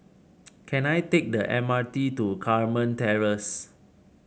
can I take the M R T to Carmen Terrace